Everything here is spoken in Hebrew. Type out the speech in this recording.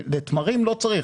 בתמרים לא צריך.